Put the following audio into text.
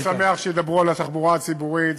אני תמיד שמח שידברו על התחבורה הציבורית,